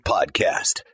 Podcast